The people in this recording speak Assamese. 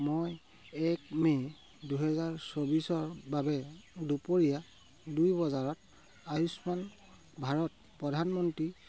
মই এক মে দুহেজাৰ চৌবিছৰ বাবে দুপৰীয়া দুই বজাত আয়ুষ্মান ভাৰত প্ৰধানমন্ত্ৰী